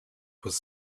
was